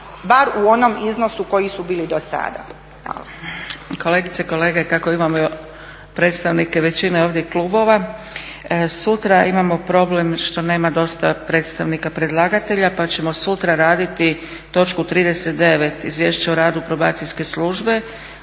bar u onom iznosu u kojem su bili dosada.